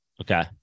Okay